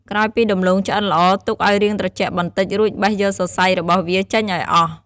ក្រោយពីដំឡូងឆ្អិនល្អ ទុកឲ្យរាងត្រជាក់បន្តិច រួចបេះយកសរសៃរបស់វាចេញឲ្យអស់។